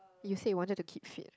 you said you wanted to keep kit